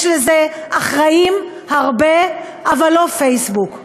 יש לזה אחראים הרבה, אבל לא פייסבוק.